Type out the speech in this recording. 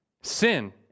Sin